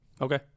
okay